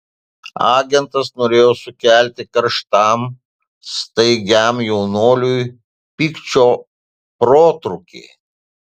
agentas norėjo sukelti karštam staigiam jaunuoliui pykčio protrūkį